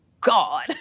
God